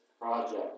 project